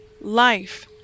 Life